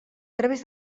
través